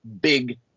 big